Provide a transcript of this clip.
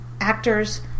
actors